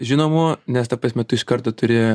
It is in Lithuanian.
žinomų nes ta prasme tu iš karto turi